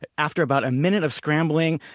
but after about a minute of scrambling,